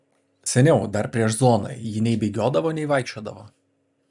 seniau dar prieš zoną ji nei bėgiodavo nei vaikščiodavo